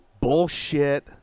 bullshit